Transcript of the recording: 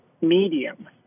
medium